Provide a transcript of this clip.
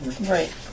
Right